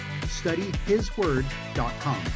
studyhisword.com